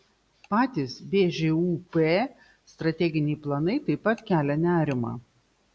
patys bžūp strateginiai planai taip pat kelia nerimą